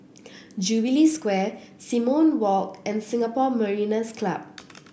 Jubilee Square Simon Walk and Singapore Mariners' Club